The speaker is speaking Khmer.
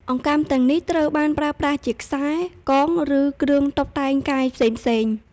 អង្កាំទាំងនេះ ត្រូវបានប្រើប្រាស់ជាខ្សែ កង ឬគ្រឿងតុបតែងកាយផ្សេងៗ។